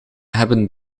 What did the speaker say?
hebben